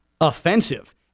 offensive